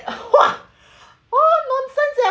!wah! what nonsense